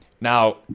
Now